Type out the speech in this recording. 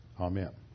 Amen